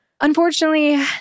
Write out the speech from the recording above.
unfortunately